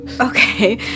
okay